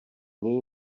něj